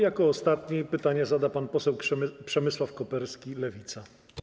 Jako ostatni pytanie zada pan poseł Przemysław Koperski, Lewica.